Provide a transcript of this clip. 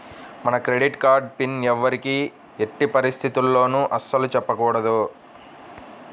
మన credit card pin ఎవ్వరికీ ఎట్టి పరిస్థితుల్లోనూ అస్సలు చెప్పకూడదు